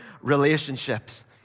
relationships